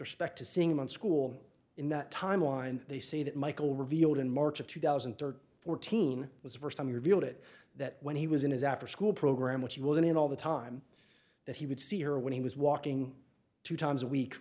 respect to seeing him on school in that timeline they say that michael revealed in march of two thousand and thirteen fourteen was the first time you're viewed it that when he was in his after school program which he was in in all the time that he would see her when he was walking two times a week